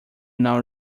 now